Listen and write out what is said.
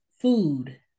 food